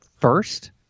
first